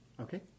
Okay